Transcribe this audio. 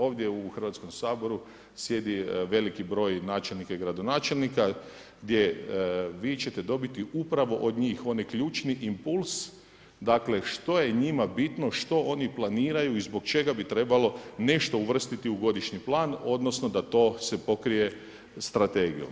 Ovdje u Hrvatskom saboru sjedi veliki broj načelnika i gradonačelnika gdje vi ćete dobiti upravo od njih onaj ključni impuls dakle što je njima bitno, što oni planiraju i zbog čega bi trebalo nešto uvrstiti u godišnji plan odnosno da to se pokrije strategijom.